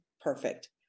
Perfect